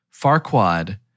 Farquad